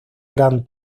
grand